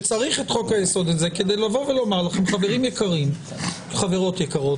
שצריך את חוק-היסוד הזה כדי לומר לכם: חברות יקרות,